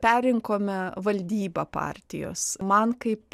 perrinkome valdybą partijos man kaip